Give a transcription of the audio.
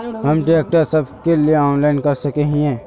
हम ट्रैक्टर सब के लिए ऑनलाइन कर सके हिये?